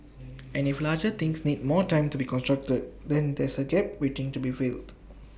and if larger things need more time to be constructed then there's A gap waiting to be filled